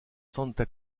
santa